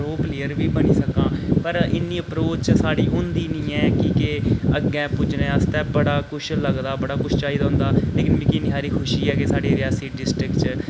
pro player बी बनी सकदा पर इन्नी अप्रोच साढ़ी होंदी निं ऐ की के अग्गें पुज्जने आस्तै बड़ा किश लगदा बड़ा किश चाहिदा होंदा लेकिन मिगी इन्नी हारी खुशी ऐ कि साढ़ी रियासी डिस्ट्रिक्ट च